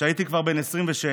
כשהייתי כבר בן 26,